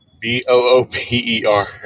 B-O-O-P-E-R